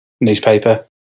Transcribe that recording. Newspaper